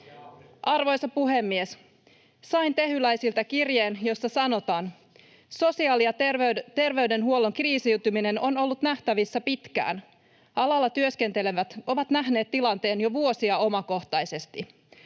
Arvoisa puhemies! Sain tehyläisiltä kirjeen, jossa sanotaan: ”Sosiaali- ja terveydenhuollon kriisiytyminen on ollut nähtävissä pitkään. Alalla työskentelevät ovat nähneet tilanteen jo vuosia omakohtaisesti.